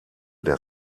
der